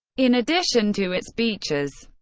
in addition to its beaches,